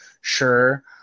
sure